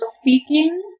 speaking